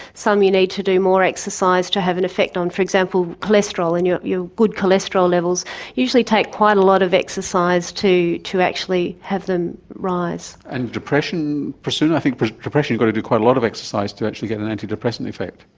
some you need to do more exercise to have an effect on, for example, cholesterol, and your your good cholesterol levels usually take quite a lot of exercise to to actually have them rise. and depression, prasuna? i think for depression you've got to do quite a lot of exercise to actually get an antidepressant effect.